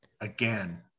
again